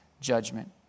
judgment